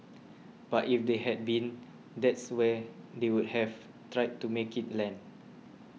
but if they had been that's where they would have tried to make it land